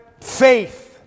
faith